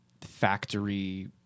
factory